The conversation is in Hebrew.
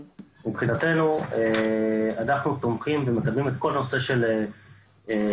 מבחינתנו אנחנו תומכים ומקדמים את כל הנושא של אנרגיה